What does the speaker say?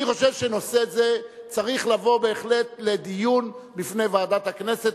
אני חושב שנושא זה צריך לבוא בהחלט לדיון בפני ועדת הכנסת,